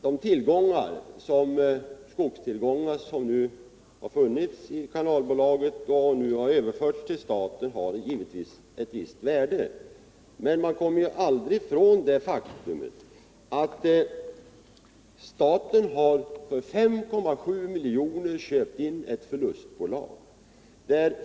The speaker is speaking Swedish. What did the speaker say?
De skogstillgångar som funnits i kanalbolaget och nu överförts till staten har givetvis ett visst värde. Men man kommer aldrig ifrån det faktum att staten för 5,7 milj.kr. köpt in ett förlustbolag.